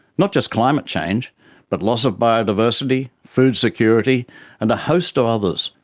not just climate change but loss of biodiversity, food security and a host of others,